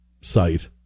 site